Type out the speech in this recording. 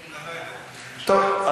טוב,